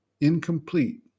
incomplete